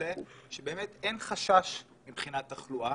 בנושא שבאמת אין חשש מבחינת תחלואה,